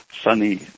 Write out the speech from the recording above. sunny